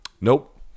Nope